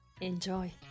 Enjoy